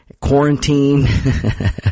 quarantine